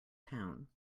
town